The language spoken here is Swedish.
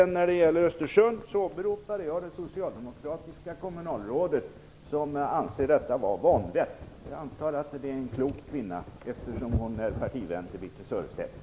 När det gäller Östersund åberopade jag det socialdemokratiska kommunalrådet, som anser detta vara vanvett. Jag antar att det är en klok kvinna, eftersom hon är partivän till Birthe Sörestedt.